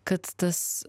kad tas